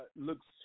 looks